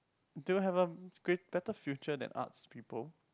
still have a grea~ better future than arts people